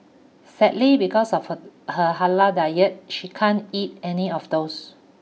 sadly because of her halal she can't eat any of those